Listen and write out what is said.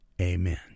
Amen